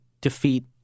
defeat